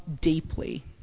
deeply